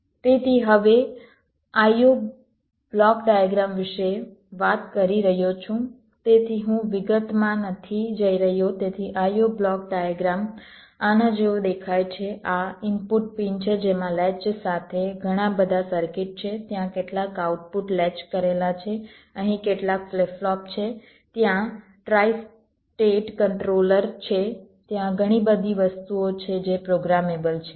તેથી હવે IO block diagram વિશે વાત કરી રહ્યો છું તેથી હું વિગતમાં નથી જઈ રહ્યો તેથી IO બ્લોક ડાયગ્રામ આના જેવો દેખાય છે આ ઇનપુટ પિન છે જેમાં લેચ સાથે ઘણા બધા સર્કિટ છે ત્યાં કેટલાક આઉટપુટ લેચ કરેલા છે અહીં કેટલાક ફ્લિપ ફ્લોપ છે ત્યાં ટ્રાઇ સ્ટેટ કંટ્રોલર છે ત્યાં ઘણી બધી વસ્તુઓ છે જે પ્રોગ્રામેબલ છે